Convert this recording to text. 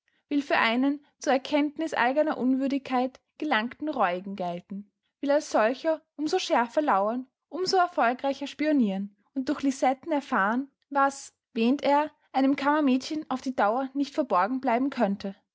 will für einen zur erkenntniß eigener unwürdigkeit gelangten reuigen gelten will als solcher um so schärfer lauern um so erfolgreicher spioniren und durch lisetten erfahren was wähnt er einem kammermädchen auf die dauer nicht verborgen bleiben könnte